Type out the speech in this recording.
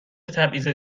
تبعیض